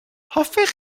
hoffech